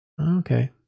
Okay